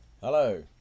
Hello